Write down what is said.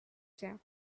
sound